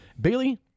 Bailey